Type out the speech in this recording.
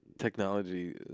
Technology